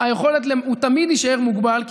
היכולת תמיד תישאר מוגבלת,